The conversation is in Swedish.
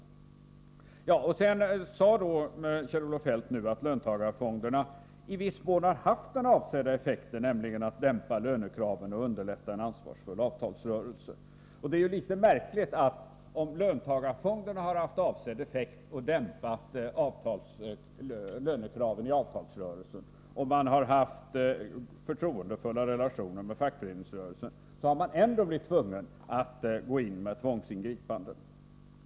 Kjell-Olof Feldt förklarade att löntagarfonderna i viss mån har haft den avsedda effekten, nämligen att dämpa lönekraven och underlätta en ansvarsfull avtalsrörelse. Det är dock ett litet märkligt påstående. Trots att löntagarfonderna har haft avsedd effekt och dämpat lönekraven i avtalsrörelsen och trots att regeringen haft förtroendefulla relationer till fackföreningsrörelsen, har man ändå varit tvungen att gå in med tvångsingripanden.